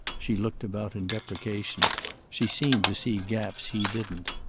she looked about in deprecation she seemed to see gaps he didn't.